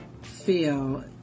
feel